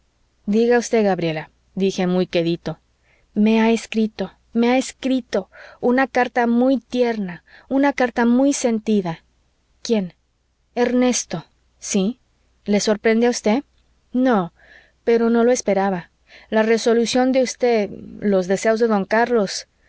diga usted gabriela dije muy quedito me ha escrito me ha escrito una carta muy tierna una carta muy sentida quién ernesto sí le sorprende a usted no pero no lo esperaba la resolución de usted los deseos de don carlos